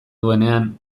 duenean